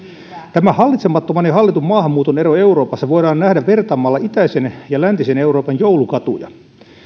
hallitsemattoman ja hallitun maahanmuuton ero euroopassa voidaan nähdä vertaamalla itäisen ja läntisen euroopan joulukatuja